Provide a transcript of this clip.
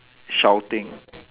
shouting